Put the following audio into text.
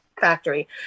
factory